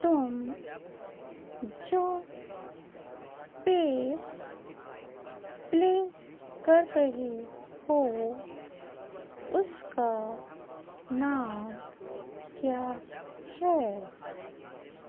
تم جو piece play کر رہے ہو اس کا نام کیا ہے